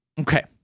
Okay